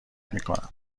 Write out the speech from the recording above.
میکنم